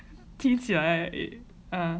听起来 it's